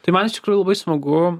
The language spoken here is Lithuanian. tai man iš tikrųjų labai smagu